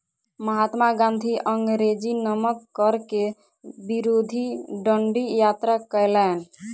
महात्मा गाँधी अंग्रेजी नमक कर के विरुद्ध डंडी यात्रा कयलैन